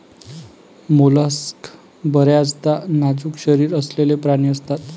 mollusc बर्याचदा नाजूक शरीर असलेले प्राणी असतात